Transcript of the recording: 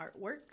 artwork